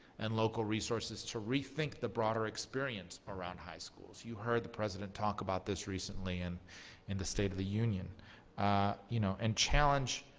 and local resources to rethink the broader experience around high schools you heard the president talk about this recently and in the state of the union you know and challenge